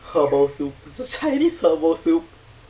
herbal soup chinese herbal soup